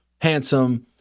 handsome